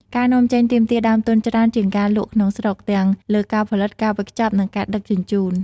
ការនាំចេញទាមទារដើមទុនច្រើនជាងការលក់ក្នុងស្រុក ទាំងលើការផលិត ការវេចខ្ចប់ និងការដឹកជញ្ជូន។